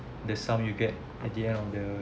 the sum you get at the end of the